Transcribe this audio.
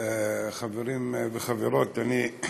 חברים וחברות, אני,